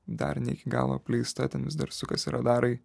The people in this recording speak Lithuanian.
dar ne iki galo apleista ten vis dar sukasi radarai